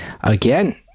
again